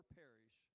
perish